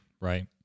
right